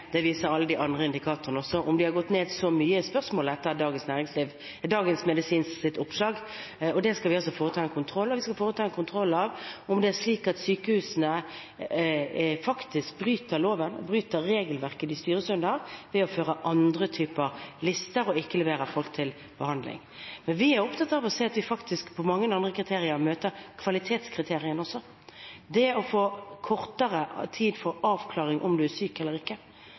så mye, er spørsmålet etter Dagens Medisins oppslag. Vi skal altså foreta en kontroll av om det er slik at sykehusene faktisk bryter loven og regelverket de styres av, ved å føre andre typer lister og ikke få folk til behandling. Vi er opptatt av å se at vi faktisk møter mange andre kvalitetskriterier: Det å få kortere tid for avklaring av om man er syk eller ikke,